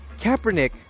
Kaepernick